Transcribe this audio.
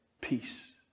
peace